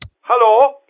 Hello